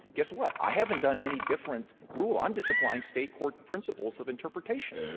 guess what? i haven't done any different rule. i'm just applying state court principles of interpretation.